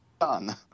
done